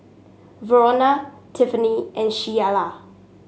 Verona Tiffany and Sheilah